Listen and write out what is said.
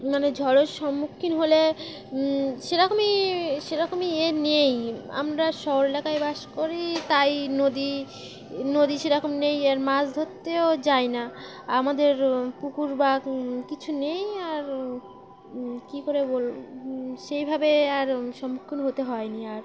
মানে ঝড়ের সম্মুখীন হলে সেরকমই সেরকমই ইয়ে নেই আমরা শহর এলাকায় বাস করি তাই নদী নদী সেরকম নেই আর মাছ ধরতেও যাই না আমাদের পুকুর বা কিছু নেই আর কী করে বলব সেইভাবে আর সম্মুখীন হতে হয়নি আর